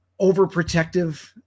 overprotective